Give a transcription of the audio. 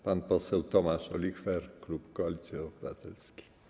Pan poseł Tomasz Olichwer, klub Koalicji Obywatelskiej.